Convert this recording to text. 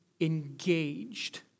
engaged